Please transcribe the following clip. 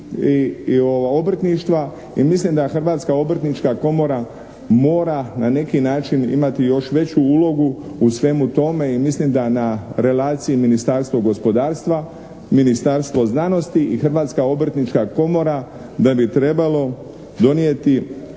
obrtništva i mislim da Hrvatska obrtnička komora mora na neki način imati još veću ulogu u svemu tome i mislim da na relaciji Ministarstvo gospodarstva, Ministarstvo znanosti i Hrvatska obrtnička komora, da bi trebalo donijeti